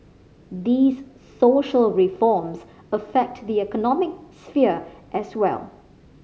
these social reforms affect the economic sphere as well